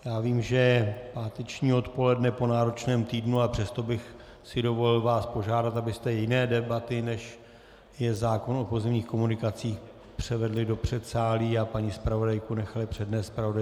Já vím, že je páteční odpoledne po náročném týdnu, ale přesto bych si dovolil vás požádat, abyste jiné debaty, než je zákon o pozemních komunikacích, převedli do předsálí a paní zpravodajku nechali přednést zpravodajskou zprávu.